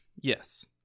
Yes